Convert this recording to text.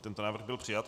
Tento návrh byl přijat.